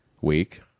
week